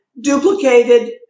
duplicated